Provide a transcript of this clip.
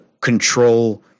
control